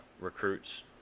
recruits